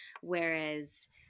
whereas